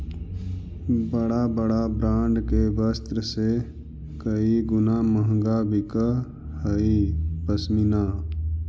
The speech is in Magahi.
बड़ा बड़ा ब्राण्ड के वस्त्र से कई गुणा महँगा बिकऽ हई पशमीना